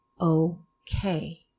okay